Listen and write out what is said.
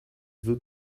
dut